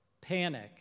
panic